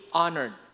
honored